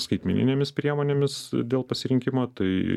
skaitmeninėmis priemonėmis dėl pasirinkimo tai